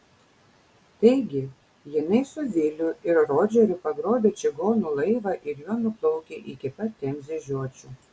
taigi jinai su viliu ir rodžeriu pagrobę čigonų laivą ir juo nuplaukę iki pat temzės žiočių